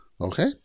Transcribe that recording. Okay